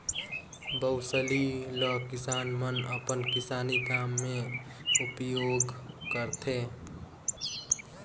बउसली ल किसान मन अपन किसानी काम मे उपियोग करथे